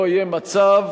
לא יהיה מצב